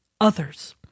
others